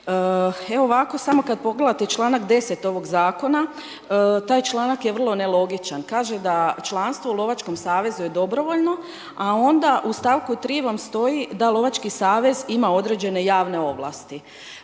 E ovako, samo kad pogledate članak 10. ovog zakona, taj članak je vrlo nelogičan. Kaže da članstvo u lovačkom savezu je dobrovoljno, a onda u stavku 3. vam stoji da lovački savez ima određene javne ovlasti.